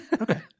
Okay